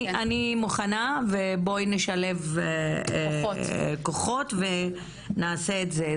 אני מוכנה ובואי נשלב כוחות ונעשה את זה.